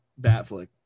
Batflick